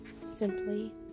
simply